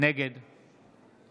נגד